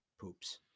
poops